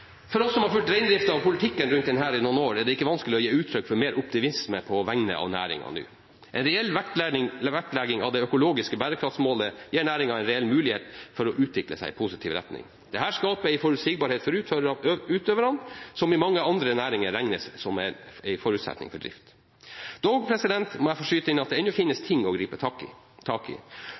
For oss som har fulgt reindriften og politikken rundt denne i noen år, er det ikke vanskelig å gi uttrykk for mer optimisme på vegne av næringen. En reell vektlegging av det økologiske bærekraftsmålet gir næringen en reell mulighet for å utvikle seg i positiv retning. Dette skaper en forutsigbarhet for utøverne som i mange andre næringer regnes som en forutsetning for drift. Dog må jeg få skyte inn at det ennå finnes ting å gripe tak i.